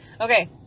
Okay